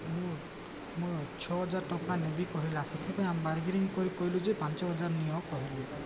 ମୁଁ ମୁଁ ଛଅ ହଜାର ଟଙ୍କା ନେବି କହିଲା ସେଥିପାଇଁ ଆମେ ବାର୍ଗେନିଂ କରି କହିଲୁ ଯେ ପାଞ୍ଚ ହଜାର ନିଅ କହିବୁ